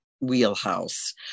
wheelhouse